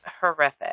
horrific